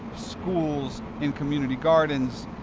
schools, in community gardens,